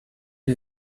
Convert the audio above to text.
you